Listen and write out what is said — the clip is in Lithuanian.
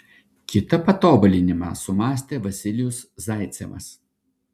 kitą patobulinimą sumąstė vasilijus zaicevas